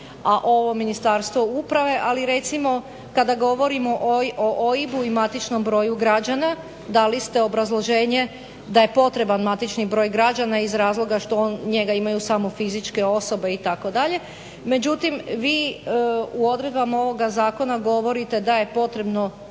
a ovo Ministarstvo uprave ali recimo kada govorimo o OIB-u i matičnom broju građana dali ste obrazloženje da je potreban matični broj građana iz razloga što njega imaju samo fizičke osobe itd. Međutim, vi u odredbama ovoga zakona govorite da je potrebno